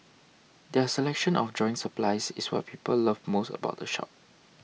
their selection of drawing supplies is what people love most about the shop